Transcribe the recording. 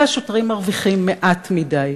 השוטרים מרוויחים מעט מדי,